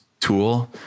tool